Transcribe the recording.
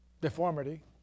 deformity